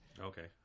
okay